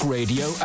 Radio